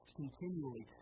continually